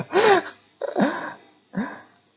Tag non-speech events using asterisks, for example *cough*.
*laughs*